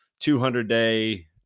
200-day